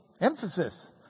emphasis